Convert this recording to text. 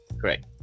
Correct